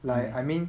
like I mean